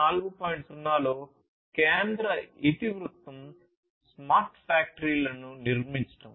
0 లో కేంద్ర ఇతివృత్తం స్మార్ట్ ఫ్యాక్టరీలను నిర్మించడం